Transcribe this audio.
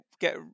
get